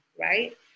right